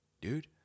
dude